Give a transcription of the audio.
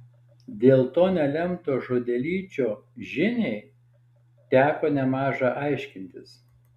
dėl to nelemto žodelyčio žiniai teko nemaža aiškintis